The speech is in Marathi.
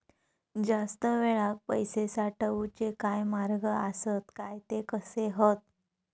जास्त वेळाक पैशे साठवूचे काय मार्ग आसत काय ते कसे हत?